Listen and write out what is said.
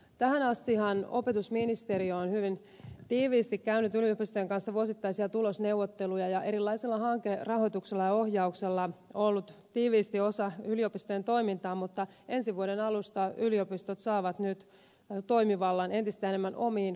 tähän astihan opetusministeriö on hyvin tiiviisti käynyt yliopistojen kanssa vuosittaisia tulosneuvotteluja ja erilaisella hankerahoituksella ja ohjauksella on ollut tiivis osa yliopistojen toiminnassa mutta ensi vuoden alusta yliopistot saavat nyt toimivallan entistä enemmän omiin käsiinsä